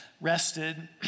rested